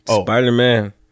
Spider-Man